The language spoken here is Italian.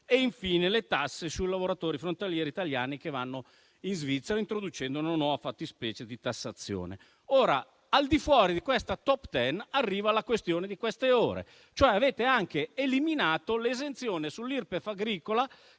infine, le tasse sui lavoratori frontalieri italiani che lavorano in Svizzera, introducendo una nuova fattispecie di tassazione. Ora, al di fuori di questa *top ten*, arriva la questione delle ultime ore. Avete eliminato anche l'esenzione sull'Irpef agricola, che